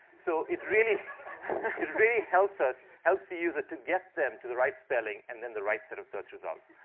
so it's really really helps us, helps the user, to get them to the right spelling and then the right set of search results.